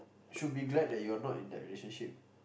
should be glad that you are not in that relationship